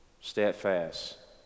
steadfast